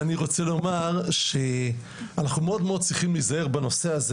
אז אני רוצה לומר שאנחנו מאוד צריכים להיזהר בנושא הזה,